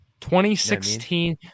2016